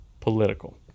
political